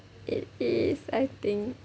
it is I think